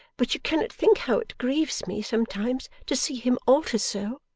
but you cannot think how it grieves me sometimes to see him alter so